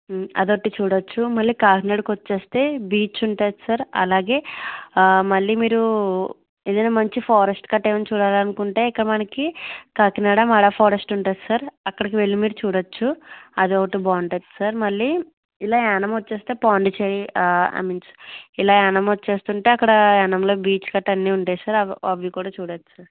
అది ఒకటి చూడవచ్చు మళ్ళీ కాకినాడకి వచ్చేస్తే బీచ్ ఉంటుంది సర్ అలాగే మళ్ళీ మీరు ఏదైనా మంచి ఫోరెస్ట్ కట్ట ఏమైనా చూడలి అనుకుంటే ఇక్కడ మనకీ కాకినాడ మాడా ఫోరెస్ట్ ఉంటుంది సర్ అక్కడికి వెళ్ళి మీరు చూడవచ్చు అదొకటి బాగుంటుంది సర్ మళ్ళీ ఇలా యానం వచ్చేస్తే పోండిచ్చేరి ఇలా యానం వచ్చేస్తుంటే అక్కడ యానంలో బీచ్ కట్ట అన్నీ ఉంటాయి సర్ అవి అవికూడా చూడవచ్చు సర్